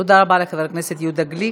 תודה רבה לחבר הכנסת יהודה גליק.